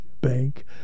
bank